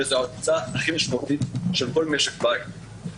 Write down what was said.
וזאת ההוצאה הכי משמעותית של כל משק בית.